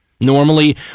Normally